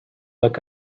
look